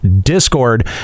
discord